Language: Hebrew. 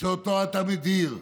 שאותו אתה מדיר?